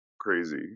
crazy